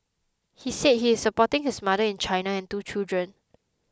he said he is supporting his mother in China and two children